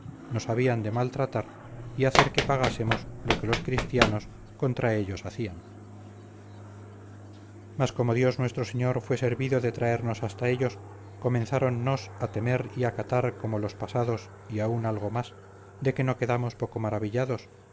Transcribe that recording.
nos habían de maltratar y hacer que pagásemos lo que los cristianos contra ellos hacían mas como dios nuestro señor fue servido de traernos hasta ellos comenzáronnos a temer y acatar como los pasados y aun algo más de que no quedamos poco maravillados